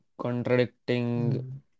contradicting